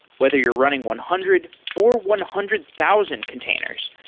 whether you're running one hundred or one hundred thousand containers,